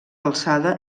alçada